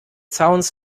sounds